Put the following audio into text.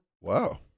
Wow